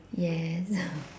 yes